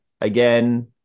Again